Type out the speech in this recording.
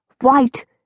white